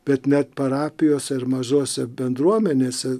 bet net parapijose ir mažose bendruomenėse